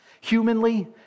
Humanly